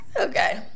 Okay